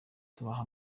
tubaha